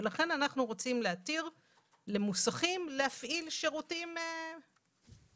ולכן אנחנו רוצים להתיר למוסכים להפעיל שירותים בחוץ.